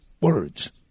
words